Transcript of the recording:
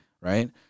right